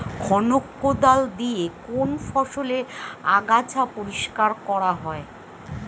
খনক কোদাল দিয়ে কোন ফসলের আগাছা পরিষ্কার করা হয়?